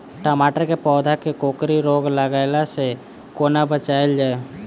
टमाटर केँ पौधा केँ कोकरी रोग लागै सऽ कोना बचाएल जाएँ?